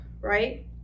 right